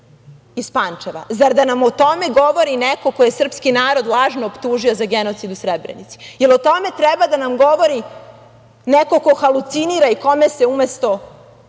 iz Pančeva. Zar da nam o tome govori, neko ko je srpski narod lažno optužio za genocid u Srebrenici, jer o tome treba da nam govori neko ko halucinira i kome se umesto